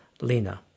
Lena